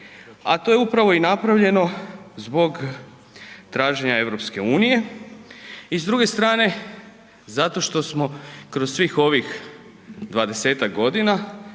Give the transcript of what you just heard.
a to je upravo i napravljeno zbog traženja EU. I s druge strane, zato što smo kroz svih ovih 20-ak godina